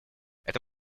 это